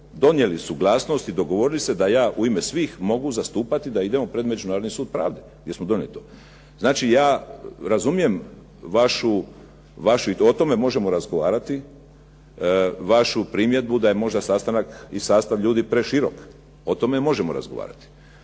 donijeli suglasnost i dogovorili se da je u ime svih mogu zastupati da idemo pred Međunarodni sud pravde. Jesmo donijeli to? Znači ja razumijem vašu i o tome možemo razgovarati, vašu primjedbu da je možda sastanak i sastav ljudi preširok. O tome možemo razgovarati.